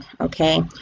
okay